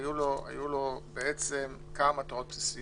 היו לו כמה מטרות בסיסיות.